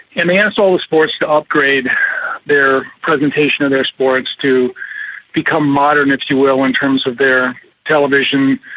and they asked all the sports to upgrade their presentation of their sports to become modern, if you will, in terms of their television,